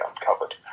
uncovered